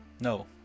No